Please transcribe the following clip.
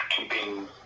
keeping